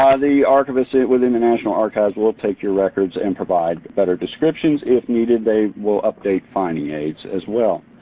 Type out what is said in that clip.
the archivist within the national archives will will take your records and provide better descriptions. if needed they will update finding aids as well.